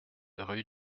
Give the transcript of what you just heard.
rue